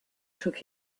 took